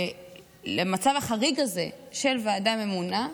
למצב החריג הזה של ועדה ממונה,